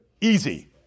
easy